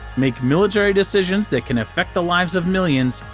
make military decisions that can affect the lives of millions,